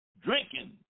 drinking